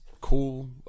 cool